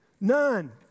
None